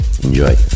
Enjoy